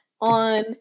on